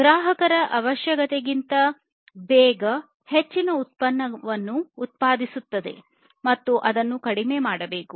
ಗ್ರಾಹಕರ ಅವಶ್ಯಕತೆಗಿಂತ ಹೆಚ್ಚಿನ ಉತ್ಪನ್ನವನ್ನು ಉತ್ಪಾದಿಸುವುದು ಅಧಿಕ ಉತ್ಪಾದನೆಯನ್ನು ಕಡಿಮೆ ಮಾಡಬೇಕು